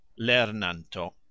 Lernanto